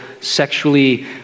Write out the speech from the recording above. sexually